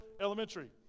elementary